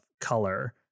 color